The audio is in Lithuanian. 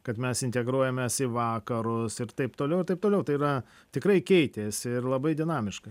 kad mes integruojamės į vakarus ir taip toliau ir taip toliau tai yra tikrai keitėsi ir labai dinamiška